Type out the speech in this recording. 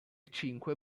cinque